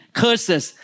curses